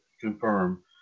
confirm